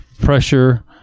pressure